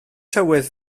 tywydd